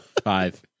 Five